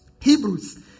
Hebrews